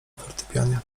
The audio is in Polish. fortepianie